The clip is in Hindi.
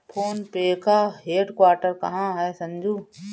फोन पे का हेडक्वार्टर कहां है संजू?